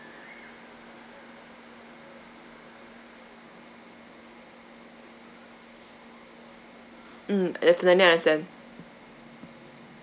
mm definitely understand